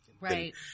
Right